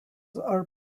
are